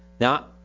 now